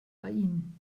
ain